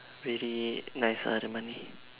very nice ah the money